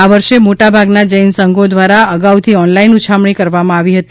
આ વર્ષે મોટાભાગના જૈન સંઘો ધ્વારા અગાઉથી ઓનલાઇન ઉછામણી કરવામાં આવી હતી